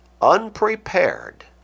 unprepared